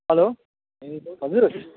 hello हजुर